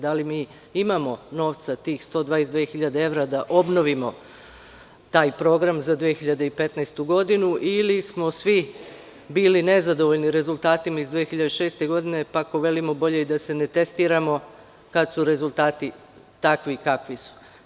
Da li mi imamo novca, tih 122.000 evra, da obnovimo taj program za 2015. godinu, ili smo svi bili nezadovoljni rezultatima iz 2006. godine, pa ko velimo - bolje i da se ne testiramo kad su rezultati takvi kakvi su?